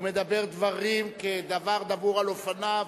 הוא מדבר דברים כדבר דבור על אופניו,